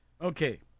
Okay